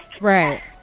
right